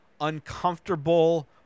uncomfortable